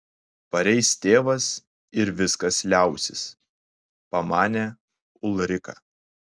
pareis tėvas ir viskas liausis pamanė ulrika